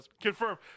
Confirm